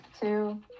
two